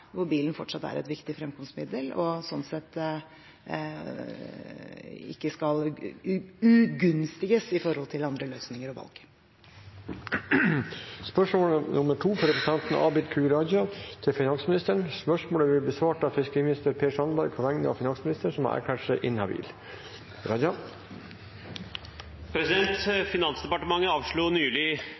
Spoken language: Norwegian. hvor bilen fortsatt er et viktig fremkomstmiddel, og som sånn sett ikke skal «ugunstiges» i forhold til andre løsninger og valg. Dette spørsmålet, fra representanten Abid Q. Raja til finansministeren, vil bli besvart av fiskeriministeren på vegne av finansministeren, som har erklært seg inhabil. «Finansdepartementet avslo nylig